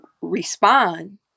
respond